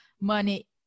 money